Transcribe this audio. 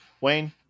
wayne